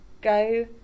go